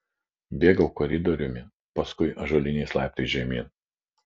bėgau koridoriumi paskui ąžuoliniais laiptais žemyn